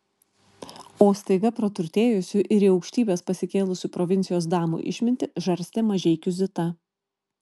o staiga praturtėjusių ir į aukštybes pasikėlusių provincijos damų išmintį žarstė mažeikių zita